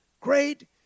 great